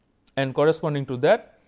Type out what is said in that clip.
and corresponding to that,